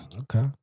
okay